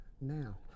now